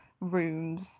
rooms